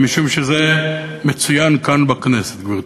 משום שזה מצוין כאן בכנסת, גברתי.